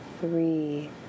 three